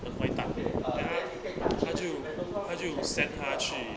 很坏蛋 then ah 他就他就 send 他去